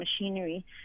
machinery